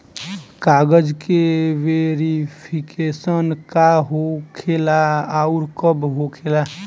कागज के वेरिफिकेशन का हो खेला आउर कब होखेला?